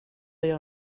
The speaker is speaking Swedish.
göra